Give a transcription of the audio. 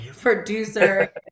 producer